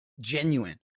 genuine